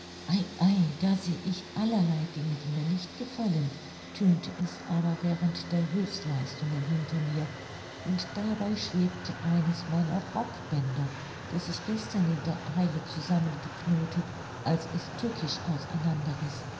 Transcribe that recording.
da sehe ich allerlei dinge die mir nicht gefallen tönte es aber während ihrer hülfsleistungen hinter mir und dabei schwebte eines meiner rockbänder das ich gestern in der eile zusammen geknotet als es tückisch aus